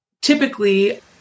typically